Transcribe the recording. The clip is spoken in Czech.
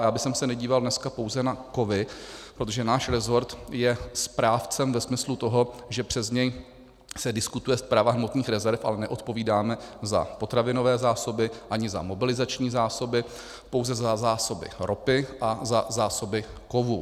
A já bych se nedíval dneska pouze na kovy, protože náš rezort je správcem ve smyslu toho, že přes něj se diskutuje správa hmotných rezerv, ale neodpovídáme za potravinové zásoby ani za mobilizační zásoby, pouze za zásoby ropy a za zásoby kovů.